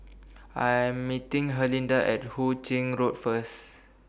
I'm meeting Herlinda At Hu Ching Road First